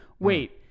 Wait